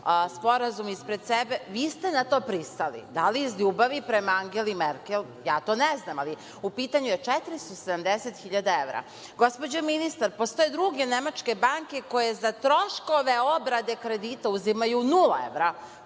sporazum ispred sebe, vi ste na to pristali, da li iz ljubavi prema Angeli Merkel ja to ne znam, ali u pitanju je 470.000 evra. Gospođo ministar, postoje druge nemačke banke koje za troškove obrade kredita uzimaju nula evra,